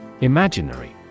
Imaginary